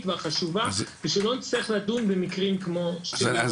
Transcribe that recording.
והחשובה ושלא נצטרך לדון במקרים כמו של יונתן.